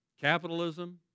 capitalism